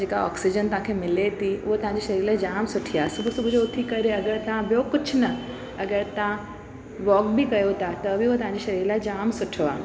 जेका ऑक्सीजन तव्हांखे मिले थी उहो तव्हांजे शरीर लाइ जाम सुठी आहे सुबुहु सुबुहु जो उथी करे अगरि तव्हां ॿियो कुझु न अगरि तव्हां वॉक बि कयो था त बि उहो तव्हांजे शरीर लाइ जाम सुठो आहे